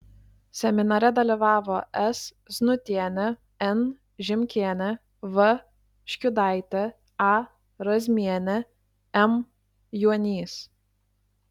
seminare dalyvavo s znutienė n žimkienė v škiudaitė a razmienė m juonys